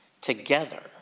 together